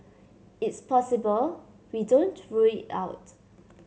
it's possible we don't rule it out